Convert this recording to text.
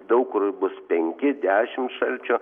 daug kur bus penki dešim šalčio